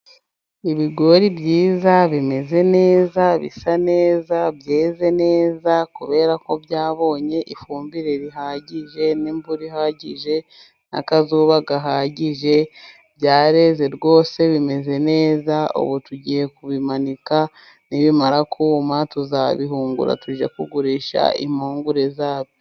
Ibigori byiza bimeze neza bisa neza byeze neza, kubera ko byabonye ifumbire ihagije n'imvura ihagije n'akazuba gahagije, byareze rwose bimeze neza ubu tugiye kubimanika nibimara kuma, tuzabihungura tujye kugurisha impungure zabyo.